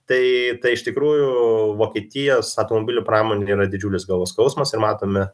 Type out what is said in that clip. tai iš tikrųjų vokietijos automobilių pramonė yra didžiulis galvos skausmas ir matome